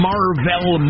Marvel